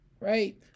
right